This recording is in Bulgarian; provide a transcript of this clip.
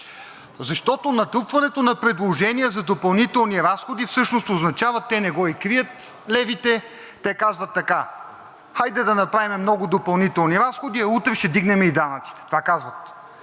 Защото натрупването на предложения за допълнителни разходи всъщност означава, те не го и крият – левите, те казват така: хайде да направим много допълнителни разходи, утре ще вдигнем и данъците. Това казват.